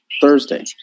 Thursday